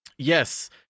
Yes